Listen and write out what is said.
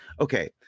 okay